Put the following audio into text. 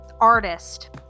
artist